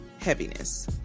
heaviness